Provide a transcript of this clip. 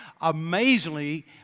amazingly